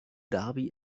dhabi